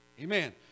Amen